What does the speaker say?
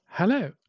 Hello